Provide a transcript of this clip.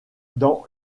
dans